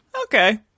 Okay